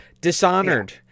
Dishonored